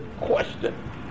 question